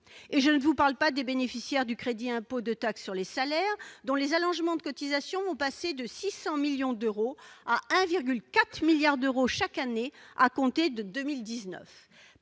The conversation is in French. Et je ne parle pas des bénéficiaires du crédit d'impôt de la taxe sur les salaires, le CITS : leurs allégements de cotisations vont passer de 600 millions d'euros à 1,4 milliard d'euros chaque année, à compter de 2019